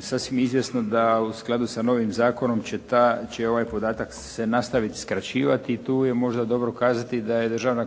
sasvim je izvjesno da u skladu sa novim zakonom će ovaj podatak se nastaviti skraćivati i tu je možda dobro kazati da je Državna